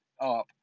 up